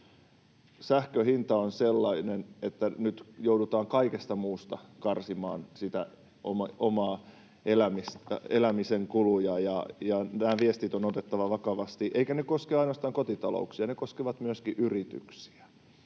Sähkön hinta on sellainen, että nyt joudutaan kaikesta muusta karsimaan, oman elämisen kuluja, ja nämä viestit on otettava vakavasti. Eivätkä ne koske ainoastaan kotitalouksia, ne koskevat myöskin yrityksiä.